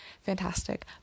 Fantastic